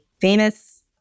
famous